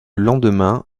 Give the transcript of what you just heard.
lendemain